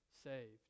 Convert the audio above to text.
saved